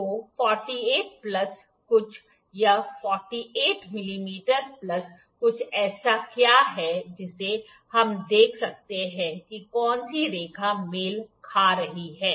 तो 48 प्लस कुछ यह 48 मिमी प्लस कुछ ऐसा क्या है जिसे हम देख सकते हैं कि कौन सी रेखा मेल खा रही है